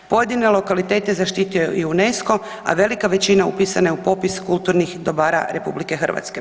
Pojedine lokalitete je zaštitio i UNESCO, a velika većina upisana je u popis kulturnih dobara RH.